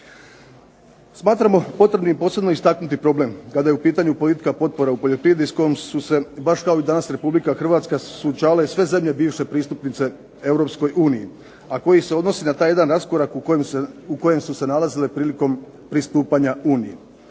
Smatramo potrebnim posebno istaknuti problem kada je u pitanju politika potpora u poljoprivredi s kojom su se baš kao i danas Republika Hrvatska, suočavale sve zemlje bivše pristupnice Europskoj uniji, a koje se odnose na taj jedan raskorak u kojem su se nalazile prilikom pristupanja Uniji.